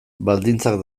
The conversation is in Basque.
baldintzak